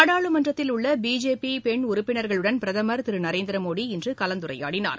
நாடாளுமன்றத்தில் உள்ளபிஜேபிபெண் உறுப்பின்களுடன்பிரதமர் திருநரேந்திரமோடி இன்றுகலந்துரையாடனார்